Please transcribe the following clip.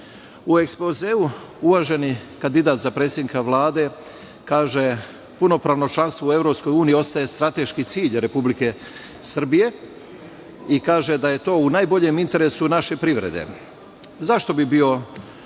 ekspozeu uvaženi kandidat za predsednika Vlade kaže – punopravno članstvo u EU ostaje strateški cilj Republike Srbije i kaže da je to u najboljem interesu naše privrede. Zašto bi bio